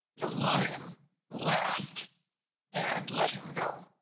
the lion laughed and let him go.